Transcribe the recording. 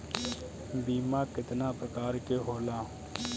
बीमा केतना प्रकार के होला?